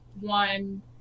one